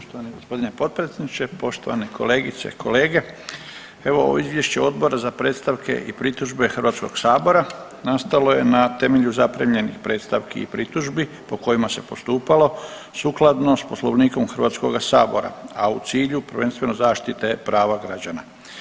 Poštovani gospodine potpredsjedniče, poštovane kolegice, kolege, evo ovo Izvješće Odbora za predstavke i pritužbe Hrvatskog sabora nastalo je na temelju zaprimljenih predstavki i pritužbi po kojima se postupalo sukladno s Poslovnikom Hrvatskoga sabora, a u cilju prvenstveno zaštite prava građana.